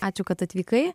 ačiū kad atvykai